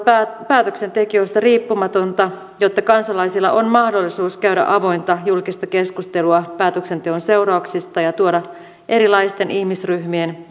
päätöksentekijöistä riippumatonta jotta kansalaisilla on mahdollisuus käydä avointa julkista keskustelua päätöksenteon seurauksista ja tuoda erilaisten ihmisryhmien